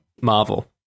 Marvel